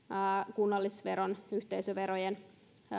kunnallisveron ja yhteisöverojen